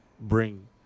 bring